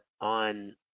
on